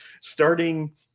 starting